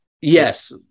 yes